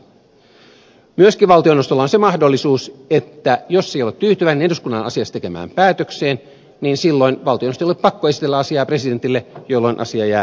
valtioneuvostolla on myöskin se mahdollisuus että jos se ei ole tyytyväinen eduskunnan asiasta tekemään päätökseen silloin valtioneuvoston ei ole pakko esitellä asiaa presidentille jolloin asia jää ratkaisematta